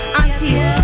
aunties